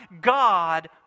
God